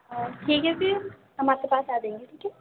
اور ٹھیک ہے پھر ہم آپ کے پاس آ جائیں گے ٹھیک ہے